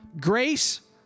Grace